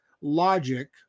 logic